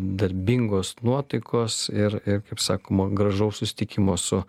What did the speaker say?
darbingos nuotaikos ir ir kaip sakoma gražaus susitikimo su